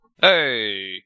Hey